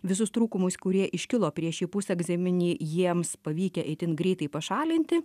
visus trūkumus kurie iškilo prieš šį pusegzaminį jiems pavykę itin greitai pašalinti